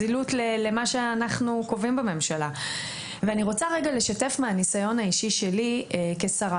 אני רוצה לשתף מהניסיון האישי שלי כשרה.